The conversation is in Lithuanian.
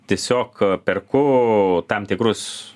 tiesiog perku tam tikrus